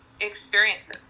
experiences